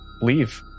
leave